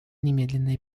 немедленное